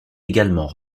également